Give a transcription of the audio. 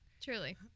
Truly